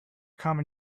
come